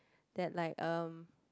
that like um